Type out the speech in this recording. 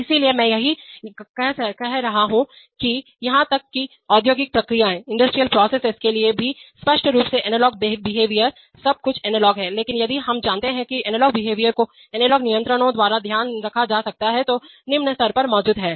इसलिए मैं यही कह रहा हूं कि यहां तक कि औद्योगिक प्रक्रियाओं इंडस्ट्रियल प्रोसेसेसके लिए भी स्पष्ट रूप से एनालॉग बिहेवियर है सब कुछ एनालॉग है लेकिन यदि हम जानते हैं कि एनालॉग बिहेवियर को एनालॉग नियंत्रणों द्वारा ध्यान रखा जा सकता है जो निम्न स्तर पर मौजूद हैं